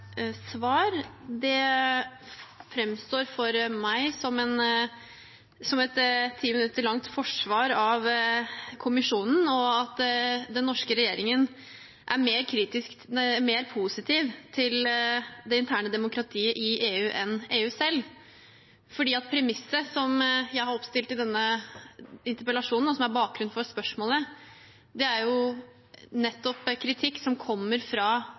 Det framstår for meg som et ti minutter langt forsvar av Kommisjonen og at den norske regjeringen er mer positiv til det interne demokratiet i EU enn EU er selv. Premisset som jeg har oppstilt i denne interpellasjonen, og som er bakgrunnen for spørsmålet, er nettopp kritikk som kommer fra